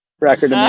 record